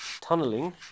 Tunneling